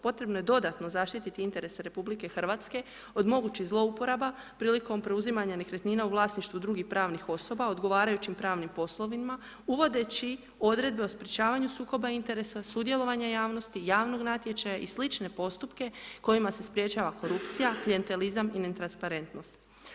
Potrebno je dodatno zaštititi interese Republike Hrvatske od mogućih zlouporaba prilikom preuzimanja nekretnina u vlasništvu drugih pravnih osoba odgovarajućim pravnim poslovima uvodeći odredbe o sprečavanju sukoba interese, sudjelovanja javnosti, javnog natječaja i sl. postupke kojima se sprječava korupcija klijentelizam i netransparentnost.